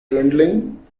dwindling